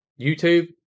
YouTube